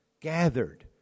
gathered